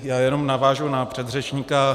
Já jenom navážu na předřečníka.